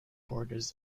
borders